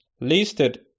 listed